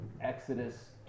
Exodus